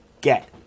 get